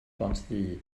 bontddu